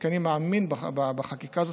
כי אני מאמין בחקיקה הזאת,